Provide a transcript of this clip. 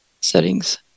settings